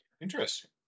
interesting